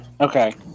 okay